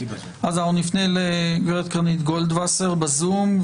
גברת קרנית גולדווסר בזום.